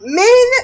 men